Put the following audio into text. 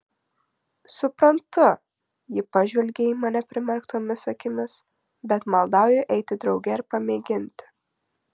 suprantu ji pažvelgė į mane primerktomis akimis bet maldauju eiti drauge ir pamėginti